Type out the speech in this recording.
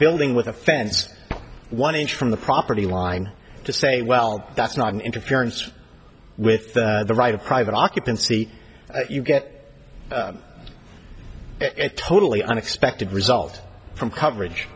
building with a fence one inch from the property line to say well that's not an interference with the right of private occupancy you get totally unexpected result from coverage